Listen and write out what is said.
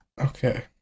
Okay